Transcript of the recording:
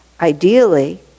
Ideally